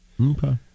Okay